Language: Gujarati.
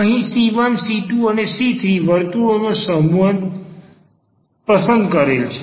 અહીં c1 c2 અને c3 વર્તુળોનો સમૂહ પસંદ કરેલ છે